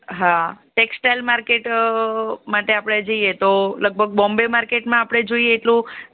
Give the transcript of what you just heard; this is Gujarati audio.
હા ટેક્સટાઇલ માર્કેટ માટે આપણે જઈએ તો લગભગ બોમ્બે માર્કેટમાં આપણે જોઈએ તો